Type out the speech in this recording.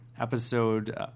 episode